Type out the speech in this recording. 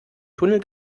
tunnel